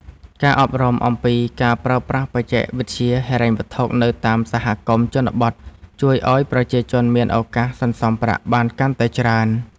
ការអប់រំអំពីការប្រើប្រាស់បច្ចេកវិទ្យាហិរញ្ញវត្ថុនៅតាមសហគមន៍ជនបទជួយឱ្យប្រជាជនមានឱកាសសន្សំប្រាក់បានកាន់តែច្រើន។